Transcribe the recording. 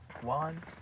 One